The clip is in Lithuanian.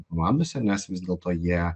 komandose nes vis dėlto jie